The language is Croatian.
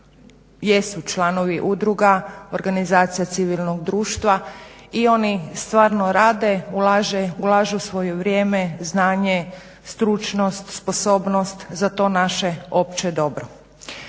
jesu članovi udruga, organizacija civilnog društva i oni stvarno rade, ulažu svoje vrijeme, znanje, stručnost, sposobnost za to naše opće dobro.